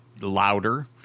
louder